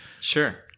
sure